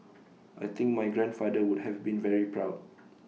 I think my grandfather would have been very proud